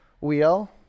Wheel